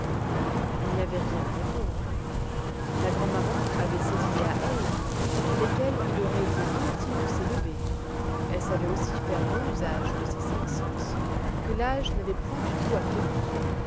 il n'y avait rien à répondre la grand'maman avait ses idées à elle contre lesquelles il aurait été mutile de s'élever elle savait aussi faire bon usage de ses cinq sens que l'âge n'avait point du tout affaiblis